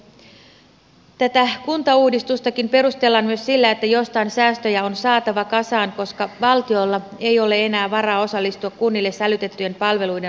tätä kuntauudistustakin perustellaan myös sillä että jostain säästöjä on saatava kasaan koska valtiolla ei ole enää varaa osallistua kunnille sälytettyjen palveluiden rahoittamiseen